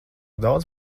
daudz